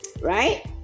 Right